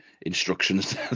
instructions